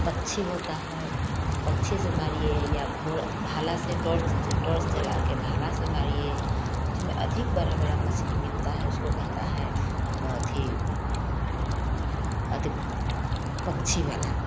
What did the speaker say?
पक्षी होता हैं पक्षी से मारिए या भो भाला से टॉर्च टॉर्च जला के भाला से मारिए उसमें आधिक बड़ा बड़ा मछली मिलता हैं उसको कहता हैं म थी अती पक्षी वाला